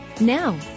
Now